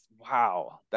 wow